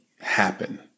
happen